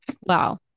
Wow